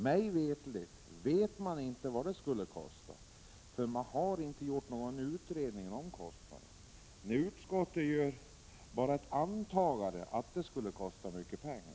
Mig veterligt vet man inte vad det skulle kosta, eftersom det inte har gjorts någon utredning om kostnaderna. Utskottet gör bara ett antagande att det skulle kosta mycket pengar.